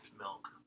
milk